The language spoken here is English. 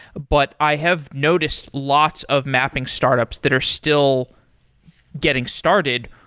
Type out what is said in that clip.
but i have noticed lots of mapping startups that are still getting started.